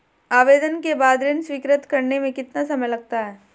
आवेदन के बाद ऋण स्वीकृत करने में कितना समय लगता है?